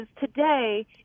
today